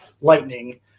lightning